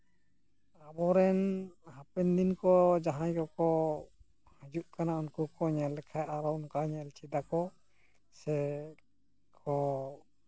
ᱟᱵᱚ ᱨᱮᱱ ᱦᱟᱯᱮᱱ ᱫᱤᱱ ᱠᱚ ᱡᱟᱦᱟᱸᱭ ᱠᱚᱠᱚ ᱦᱟᱡᱩᱜ ᱠᱟᱱᱟ ᱩᱱᱠᱩ ᱠᱚ ᱧᱮᱞ ᱞᱮᱠᱷᱟᱡ ᱟᱨᱚ ᱚᱱᱠᱟ ᱧᱮᱞ ᱪᱮᱫᱟᱠᱚ ᱥᱮ ᱠᱚ